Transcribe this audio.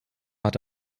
hat